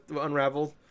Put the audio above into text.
Unraveled